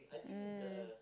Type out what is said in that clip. mm